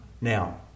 Now